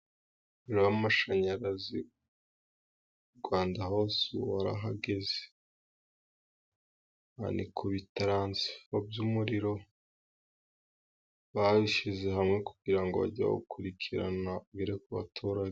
Umuriro w'mashanyarazi, mu Rwanda hose ubu warageze. Aha ni kubitaransifo by'umuriro, babishyize hamwe kugira ngo bajye bawurikirana, ugere ku baturage.